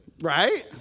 Right